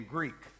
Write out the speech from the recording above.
Greek